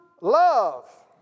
love